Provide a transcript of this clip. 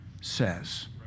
says